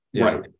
Right